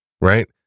right